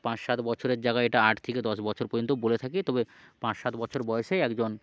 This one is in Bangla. পাঁচ সাত বছরের জায়গায় এটা আট থেকে দশ বছর পর্যন্ত বলে থাকে তবে পাঁচ সাত বছর বয়সে একজন